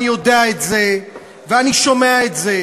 אני יודע את זה ואני שומע את זה,